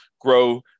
grow